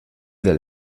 del